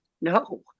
no